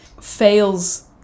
fails